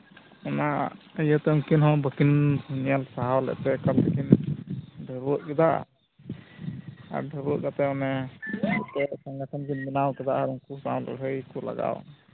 ᱚᱱᱟ ᱤᱭᱟᱹᱛᱮ ᱩᱱᱠᱤᱱ ᱦᱚᱸ ᱵᱟᱹᱠᱤᱱ ᱧᱮᱞ ᱥᱟᱦᱟᱣ ᱞᱮᱫ ᱛᱮ ᱮᱠᱟᱞ ᱛᱮᱠᱤᱱ ᱰᱷᱟᱹᱨᱣᱟᱹᱜ ᱠᱮᱫᱟ ᱟᱨ ᱰᱷᱟᱹᱨᱣᱟᱹᱜ ᱠᱟᱛᱮᱫ ᱚᱱᱮ ᱚᱱᱛᱮ ᱥᱚᱸᱜᱮ ᱥᱚᱝ ᱠᱤᱱ ᱵᱮᱱᱟᱣ ᱠᱮᱫᱟ ᱟᱨ ᱩᱱᱠᱩ ᱥᱟᱶ ᱞᱟᱹᱲᱦᱟᱹᱭ ᱠᱚ ᱞᱟᱜᱟᱣᱮᱱᱟ